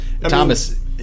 Thomas